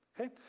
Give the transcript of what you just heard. Okay